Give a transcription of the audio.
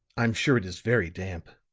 i'm sure it is very damp.